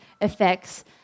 effects